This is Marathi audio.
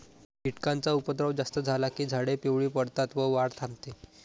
कीटकांचा उपद्रव जास्त झाला की झाडे पिवळी पडतात व वाढ थांबते